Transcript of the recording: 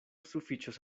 sufiĉos